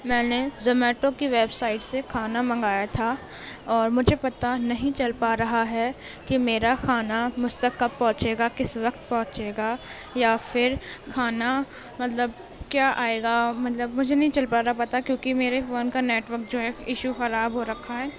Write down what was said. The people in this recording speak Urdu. میں نے زومیٹو کی ویب سائٹ سے کھانا منگایا تھا اور مجھے پتا نہیں چل پا رہا ہے کہ میرا کھانا مجھ تک کب پہونچے گا کس وقت پہونچے گا یا پھر کھانا مطلب کیا آئے گا مطلب مجھے نہیں چل پا رہا پتا کیوںکہ میرے فون کا نیٹ ورک جو ہے ایشو خراب ہو رکھا ہے